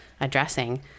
addressing